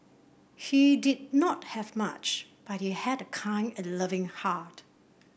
he did not have much but he had a kind and loving heart